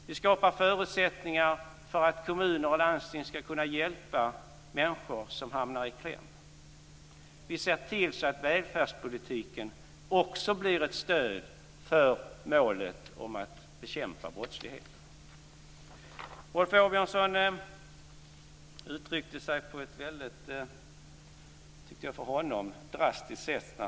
Vi skapar förutsättningar för att kommuner och landsting skall kunna hjälpa människor som hamnar i kläm. Vi ser till så att välfärdspolitiken också blir ett stöd för målet att bekämpa brottsligheten. Rolf Åbjörnsson uttryckte sig, tycker jag, på ett för honom drastiskt sätt.